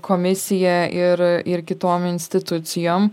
komisija ir ir kitom institucijom